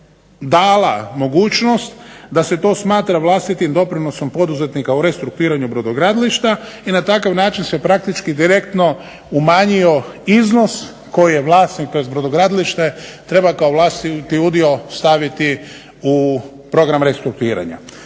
dala mogućnost da se to smatra vlastitim doprinosom poduzetnika u restrukturiranju brodogradilišta i na takav način se praktički direktno umanjio iznos koji je vlasnik tj. brodogradilište treba kao vlastiti udio staviti u Program restrukturiranja.